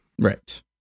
Right